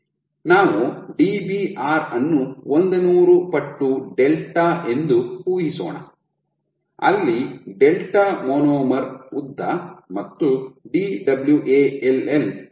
ನಾವು Dbr ಅನ್ನು ಒಂದನೂರು ಪಟ್ಟು ಡೆಲ್ಟಾ ಎಂದು ಊಹಿಸೋಣ ಅಲ್ಲಿ ಡೆಲ್ಟಾ ಮೊನೊಮರ್ ಉದ್ದ ಮತ್ತು Dwall ಹತ್ತು ಡೆಲ್ಟಾ ಆಗಿದೆ